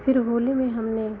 फिर होली में हमने